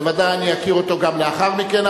בוודאי אכיר אותו גם לאחר מכן,